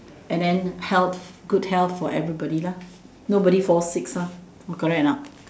and then health good health for everybody lah nobody falls sick lah correct or not